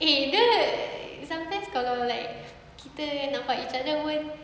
eh dia sometimes kalau like kita nampak each other pun